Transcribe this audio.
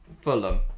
Fulham